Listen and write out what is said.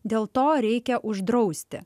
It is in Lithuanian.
dėl to reikia uždrausti